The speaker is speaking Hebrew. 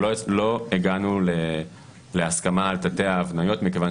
אבל לא הגענו להסכמה על תתי ההבניות מכיוון